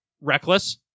reckless